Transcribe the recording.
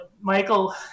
Michael